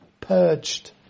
purged